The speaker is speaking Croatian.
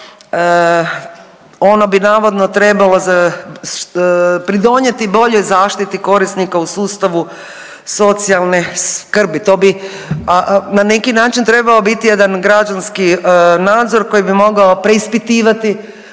Ono bi naravno trebalo pridonijeti boljoj zaštiti korisnika u sustavu socijalne skrbi, to bi na neki način trebao biti jedan građanski nadzor koji bi mogao preispitivati